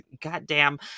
goddamn